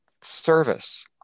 service